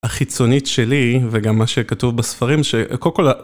החיצונית שלי, וגם מה שכתוב בספרים, שקודם כל ה...